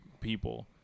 people